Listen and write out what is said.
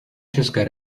české